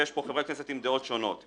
ויש פה חברי כנסת עם דעות שונות,